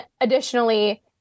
additionally